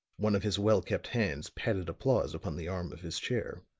one of his well-kept hands patted applause upon the arm of his chair.